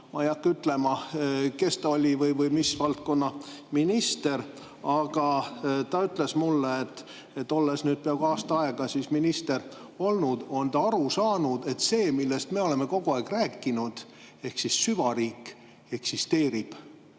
hakka ütlema, kes ta oli või mis valdkonna minister, aga ta ütles mulle, et olles nüüd peaaegu aasta aega minister olnud, on ta aru saanud, et see, millest me oleme kogu aeg rääkinud, ehk süvariik eksisteerib.